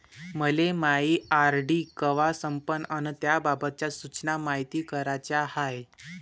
मले मायी आर.डी कवा संपन अन त्याबाबतच्या सूचना मायती कराच्या हाय